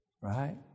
Right